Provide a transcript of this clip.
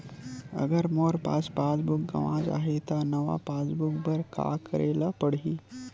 अगर मोर passbook गवां जाहि त नवा पास बुक बर का करे ल पड़हि?